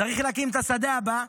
צריך להקים את השדה הבא.